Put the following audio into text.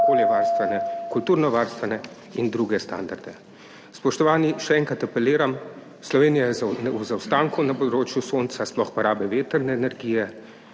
okoljevarstvene, kulturno varstvene in druge standarde. Spoštovani. Še enkrat apeliram, Slovenija je v zaostanku na področju sonca, sploh pa rabe vetrne energije.